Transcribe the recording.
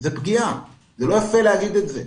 זאת פגיעה, זה לא יפה להגיד את זה.